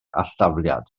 alldafliad